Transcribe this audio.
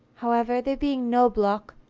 however, there being no block,